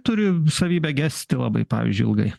turi savybę gesti labai pavyzdžiui ilgai